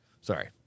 sorry